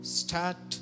start